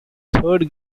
third